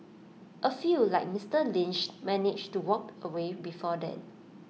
A few like Mister Lynch manage to walk away before then